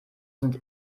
sind